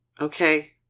Okay